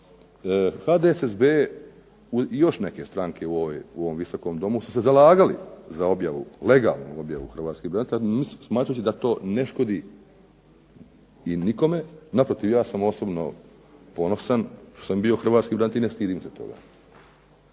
HDSSB i još neke strane u ovom Visokom domu su se zalagali za legalnu objavu registra smatrajući da to ne škodi nikome. Naprotiv, ja sam osobno ponosan što sam bio Hrvatski branitelj i ne stidim se toga.